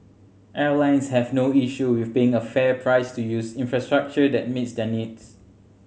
airlines have no issue with paying a fair price to use infrastructure that meets their needs